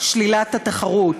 שלילת התחרות,